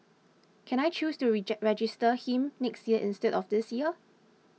can I choose to register him next year instead of this year